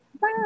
Bye